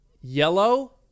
yellow